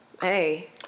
Hey